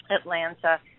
Atlanta